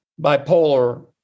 bipolar